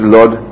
Lord